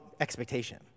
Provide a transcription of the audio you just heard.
expectation